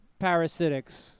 Parasitics